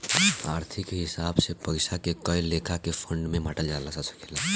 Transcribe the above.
आर्थिक हिसाब से पइसा के कए लेखा के फंड में बांटल जा सकेला